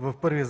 В първия